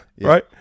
Right